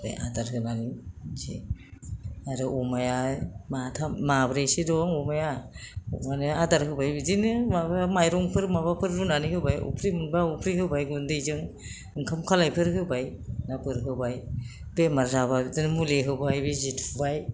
बे आदार होबानो बिदि आरो अमाया माथाम माब्रैसो दं अमाया माने आदार होबाय बिदिनो माबा माइरंफोर माबाफोर रुनानै होबाय अफ्रि मोनबा अफ्रि होबाय गुन्दैजों ओंखाम खालायफोर होबाय माबाफोर होबाय बेमार जाबा बिदिनो मुलि होबाय बिदि थुबाय